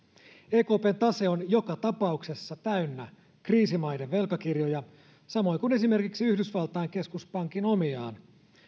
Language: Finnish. ekpn tase on joka tapauksessa täynnä kriisimaiden velkakirjoja samoin kuin esimerkiksi yhdysvaltain keskuspankin omiaan